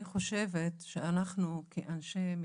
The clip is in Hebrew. אני חושבת שאנחנו כאנשי מקצוע,